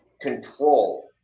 control